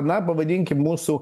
na pavadinkim mūsų